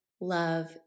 love